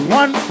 one